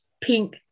pink